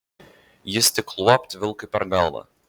jis tik luopt vilkui per galvą